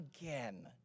again